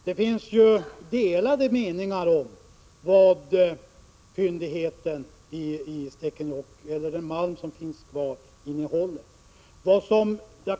Det finns ju delade meningar om vad den malm som finns kvar i Stekenjokk innehåller.